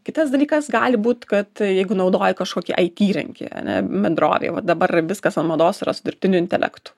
kitas dalykas gali būt kad jeigu naudoji kažkokį it įrankį ane bendrovėj va dabar viskas ant mados yra su dirbtiniu intelektu